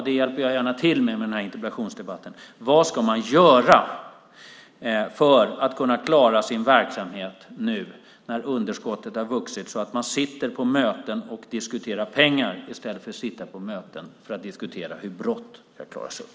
Det hjälper jag gärna till med genom den här interpellationsdebatten. Vad ska man alltså göra för att kunna klara sin verksamhet nu när underskottet vuxit så mycket att man på möten diskuterar pengar i stället för att diskutera hur brott ska klaras upp?